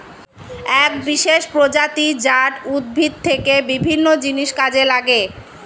এক বিশেষ প্রজাতি জাট উদ্ভিদ থেকে বিভিন্ন জিনিস কাজে লাগে